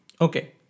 Okay